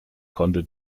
konnte